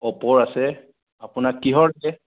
অ'প'ৰ আছে আপোনাক কিহৰ লাগে